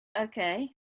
Okay